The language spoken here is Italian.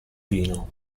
vino